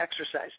exercise